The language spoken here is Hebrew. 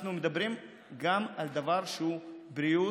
אנחנו מדברים גם על דבר שהוא בריאות,